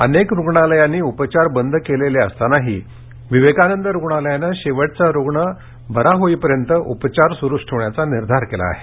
अनेक रुम्णालयांनी उपयार बंद केलेले अस्तानाही विवेकानंद रुग्णालयाने शेवटचा रुग्ण दरुस्ता होईपर्यंत उपचार संरूष ठेवण्याचा निर्घार केल्ता आहे